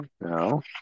No